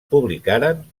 publicaren